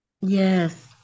Yes